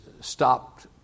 stopped